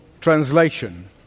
translation